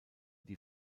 die